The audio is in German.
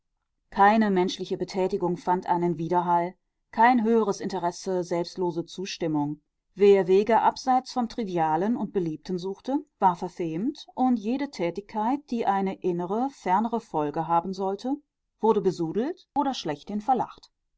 keine menschliche betätigung fand einen widerhall kein höheres interesse selbstlose zustimmung wer wege abseits vom trivialen und beliebten suchte war verfemt und jede tätigkeit die eine innere fernere folge haben sollte wurde besudelt oder schlechthin verlacht